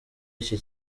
iki